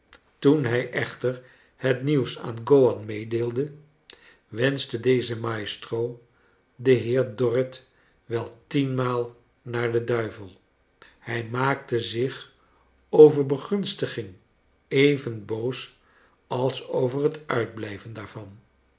toen hij echter het nieuws aan gowan meedeelde wenschte deze maestro den heer dorrit wel tienmaal naar den duivel hij maakte zich over begunstiging even boos als over het uitblijven daarvan